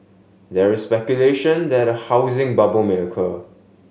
there is speculation that a housing bubble may occur